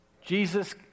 Jesus